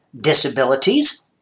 disabilities